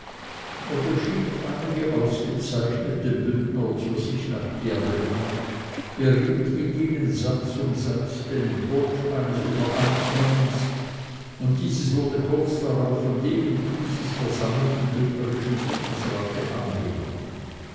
beschied einige ausgezeichnete bündner zu sich nach chiavenna beriet mit ihnen satz um satz den entwurf eines übereinkommens und dieses wurde kurz darauf von dem in thusis versammelten bündnerischen bundesrate angenommen